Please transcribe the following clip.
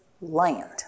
land